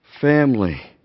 family